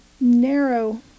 narrow